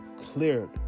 cleared